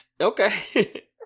Okay